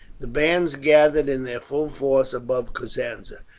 the bands gathered in their full force above cosenza,